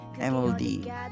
MLD